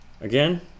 again